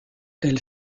elle